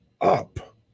up